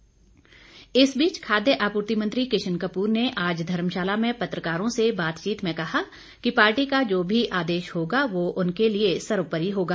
किशन कपूर इस बीच खाद्य आपूर्ति मंत्री किशन कपूर ने आज धर्मशाला में पत्रकारों से बातचीत में कहा कि पार्टी का जो भी आदेश होगा वह उनके लिए सर्वोपरि होगा